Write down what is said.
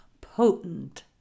potent